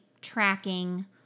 tracking